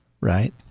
right